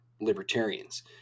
libertarians